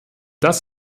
das